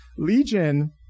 Legion